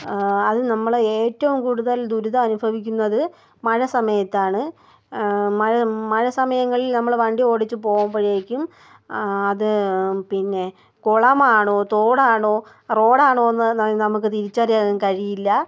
അത് നമ്മൾ ഏറ്റവും കൂടുതൽ ദുരിതമനുഭവിക്കുന്നത് മഴ സമയത്താണ് മഴ മഴ സമയങ്ങളിൽ നമ്മൾ വണ്ടി ഓടിച്ച് പോകുമ്പോഴേക്കും അത് പിന്നെ കുളമാണോ തോടാണോ റോഡാണോ എന്ന് നമുക്ക് തിരിച്ചറിയാനും കഴിയില്ല